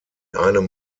einem